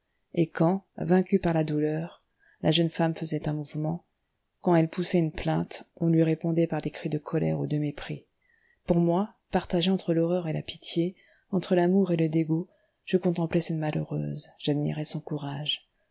et quand vaincue par la douleur la jeune femme faisait un mouvement quand elle poussait une plainte on lui répondait par des cris de colère ou de mépris pour moi partagé entre l'horreur et la pitié entre l'amour et le dégoût je contemplais cette malheureuse j'admirais son courage